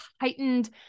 heightened